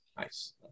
Nice